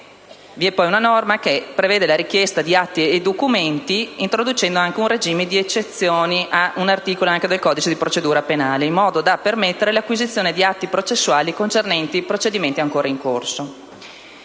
Vi è poi una norma che prevede la richiesta di atti e documenti introducendo anche un regime di eccezioni ad un articolo del codice di procedura penale, in modo da permettere l'acquisizione di atti processuali concernenti i procedimenti ancora in corso.